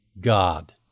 God